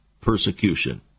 persecution